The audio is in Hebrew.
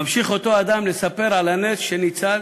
ממשיך אותו אדם לספר על הנס שניצל